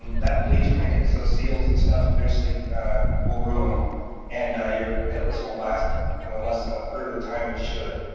um that bleach when it hits those seals and stuff eventually will ruin them and your pitless won't last and less than a third of the time it should.